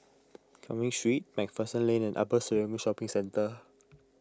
Cumming Street MacPherson Lane and Upper Serangoon Shopping Centre